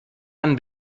ein